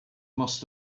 must